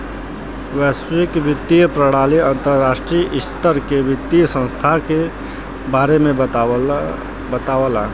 वैश्विक वित्तीय प्रणाली अंतर्राष्ट्रीय स्तर के वित्तीय संस्थान के बारे में बतावला